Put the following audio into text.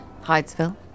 Hydesville